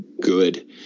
Good